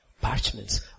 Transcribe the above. parchments